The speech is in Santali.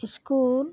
ᱤᱥᱠᱩᱞ